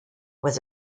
was